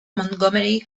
montgomery